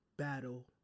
Battle